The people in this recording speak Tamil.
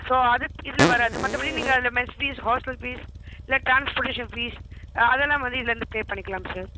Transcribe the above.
ஸோ அது இதில் வராது மற்றபடி நீங்கள் அதில் மெஸ் ஃபீஸ் ஹாஸ்டல் ஃபீஸ் இல்லை டிரான்ஸ்போர்ட்டேஷன் ஃபீஸ் அதெல்லாம் வந்து இதுலிருந்து பே பண்ணிக்கலாம் சார்